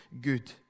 good